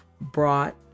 brought